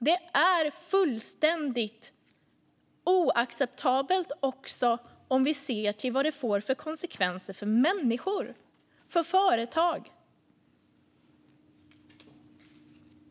Det är också fullständigt oacceptabelt sett till vad det får för konsekvenser för människor och för företag.